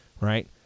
right